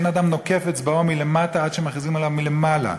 אין אדם נוקף אצבעו מלמטה עד שמכריזים עליו מלמעלה.